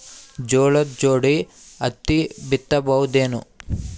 ಜೋಳದ ಜೋಡಿ ಹತ್ತಿ ಬಿತ್ತ ಬಹುದೇನು?